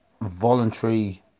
voluntary